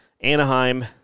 Anaheim